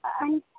અને